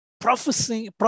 Prophesying